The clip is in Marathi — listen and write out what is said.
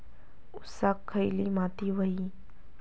ऊसाक खयली माती व्हयी?